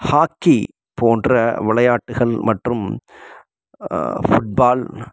hockey போன்ற விளையாட்டுகள் மற்றும் ஃபுட்பால்